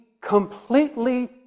completely